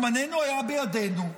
זמננו היה בידינו,